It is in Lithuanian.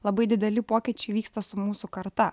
labai dideli pokyčiai vyksta su mūsų karta